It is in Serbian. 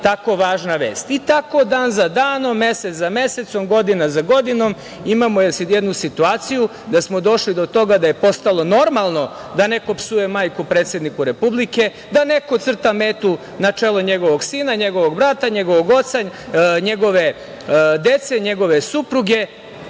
tako važna vest?I tako dan za danom, mesec za mesecom, godina za godinom imamo sad jednu situaciju da smo došli do toga da je postalo normalno da neko psuje majku predsedniku Republike, da neko crta metu na čelu njegovog sina, njegovog brata, njegovog oca, njegove dece, njegove supruge. Postalo